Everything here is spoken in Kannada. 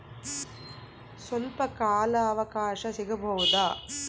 ಸ್ವಲ್ಪ ಕಾಲ ಅವಕಾಶ ಸಿಗಬಹುದಾ?